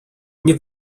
nie